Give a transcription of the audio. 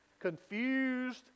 confused